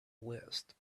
list